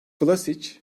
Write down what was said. vlasiç